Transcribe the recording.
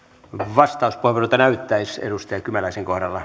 vastauspuheenvuorolta näyttäisi edustaja kymäläisen kohdalla